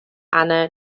anna